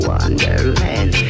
Wonderland